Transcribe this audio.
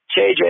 JJ